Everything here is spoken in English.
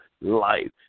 life